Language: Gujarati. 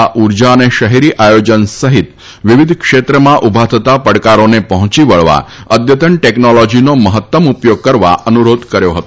જરૂર છે ઉર્જા અને શહેરી આયોજન સહિત વિવિધ ક્ષેત્રમાં ઉભા થતા પડકારોને પહોંચી વળવા અદ્યતન ટેકનોલોજીનો મહત્તમ ઉપયોગ કરવા અનુરોધ કર્યો હતો